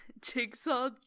jigsaw